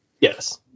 Yes